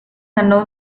ganó